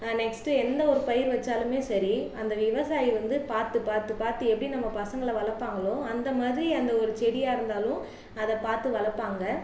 next எந்த ஒரு பயிர் வச்சாலும் சரி அந்த விவசாயி வந்து பார்த்து பார்த்து பார்த்து எப்படி நம்ம பசங்களை வளர்ப்பாங்களோ அந்த மாதிரி அந்த ஒரு செடியாக இருந்தாலும் அதை பார்த்து வளர்ப்பாங்க